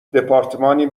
دپارتمانی